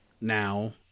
now